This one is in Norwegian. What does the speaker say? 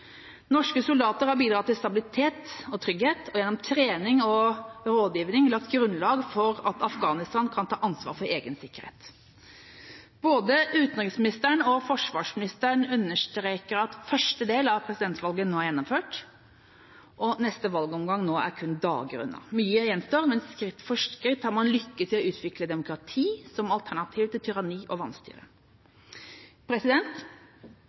Norske soldater har bidratt til stabilitet og trygghet og har gjennom trening og rådgivning lagt grunnlaget for at Afghanistan kan ta ansvar for egen sikkerhet. Både utenriksministeren og forsvarsministeren understreker at første del av presidentvalget nå er gjennomført, og neste valgomgang er nå kun dager unna. Mye gjenstår, men skritt for skritt har man lyktes i å utvikle demokrati, som alternativ til tyranni og